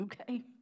Okay